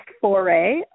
foray